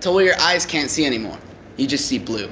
till where your eyes can't see any more, you just see blue,